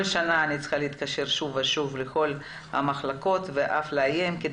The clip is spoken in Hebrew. כל שנה אני צריכה להתקשר שוב ושוב לכל המחלקות ואף לאיים".